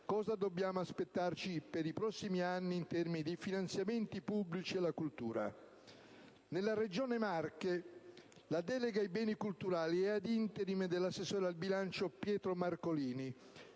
cosa dobbiamo aspettarci per i prossimi anni in termini di finanziamenti pubblici alla cultura. Nella Regione Marche, la delega ai beni culturali è ad *interim* dell'assessore al bilancio Pietro Marcolini